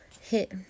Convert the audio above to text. hit